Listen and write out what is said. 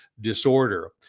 disorder